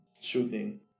shooting